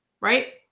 Right